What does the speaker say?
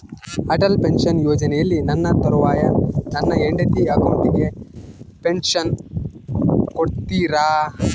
Atal pension ಯೋಜನೆಯಲ್ಲಿ ನನ್ನ ತರುವಾಯ ನನ್ನ ಹೆಂಡತಿ ಅಕೌಂಟಿಗೆ ಪೆನ್ಶನ್ ಕೊಡ್ತೇರಾ?